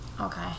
Okay